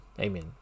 Amen